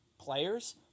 players